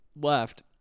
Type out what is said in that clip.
left